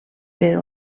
per